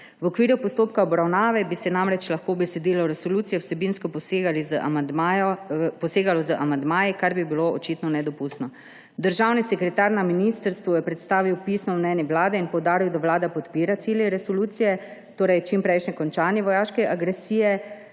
V okviru postopka obravnave bi se namreč lahko v besedilo resolucije vsebinsko posegalo z amandmaji, kar bi bilo očitno nedopustno. Državni sekretar na ministrstvu je predstavil pisno mnenje Vlade in poudaril, da Vlada podpira cilje resolucije, torej čimprejšnje končanje vojaške agresije.